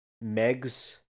Meg's